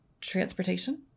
transportation